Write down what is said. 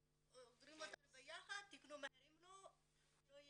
לוקחים אותנו ביחד, "תקנו מהר, אם לא,